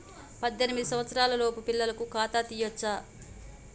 పద్దెనిమిది సంవత్సరాలలోపు పిల్లలకు ఖాతా తీయచ్చా?